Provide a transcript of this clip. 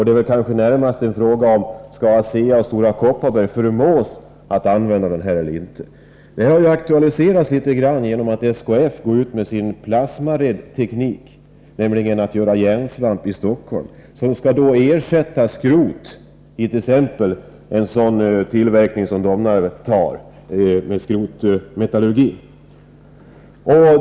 Det är väl närmast fråga om huruvida Stora Kopparberg och ASEA skall förmås att använda processen eller inte. Frågan har aktualiserats genom att SKF går ut med sin plasmared-teknik för tillverkning av järnsvamp i Stockholm. Skrotet skall då ersättas i t.ex. sådan tillverkning som Domnarvet har i fråga om skrotmetallurgi.